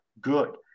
good